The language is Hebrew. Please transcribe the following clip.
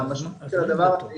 המשמעות של הדבר,